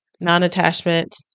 non-attachment